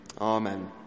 Amen